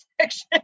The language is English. section